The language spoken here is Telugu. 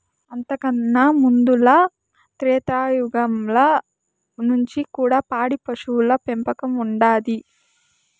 అంతకన్నా ముందల త్రేతాయుగంల నుంచి కూడా పాడి పశువుల పెంపకం ఉండాది